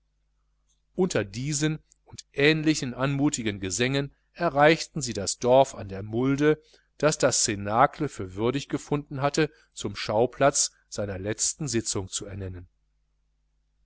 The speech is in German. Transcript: unter diesen und ähnlichen anmutigen gesängen erreichten sie das dorf an der mulde das das cnacle für würdig gefunden hatte zum schauplatz seiner letzten sitzung zu ernennen